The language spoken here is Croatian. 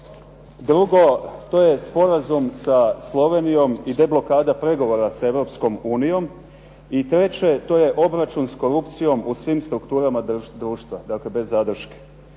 Drugo, to je sporazum sa Slovenijom i deblokada pregovora sa Europskom unijom. I treće, to je obračun sa korupcijom u svim strukturama društva, dakle bez zadrške.